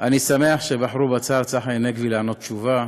אני שמח שבחרו בשר צחי הנגבי לתת תשובה.